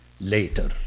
later